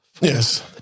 Yes